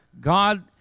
God